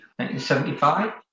1975